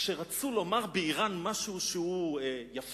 כשרצו לומר באירן על משהו שהוא יפה,